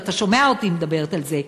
ואתה שומע אותי מדברת על זה,